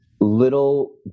little